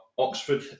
Oxford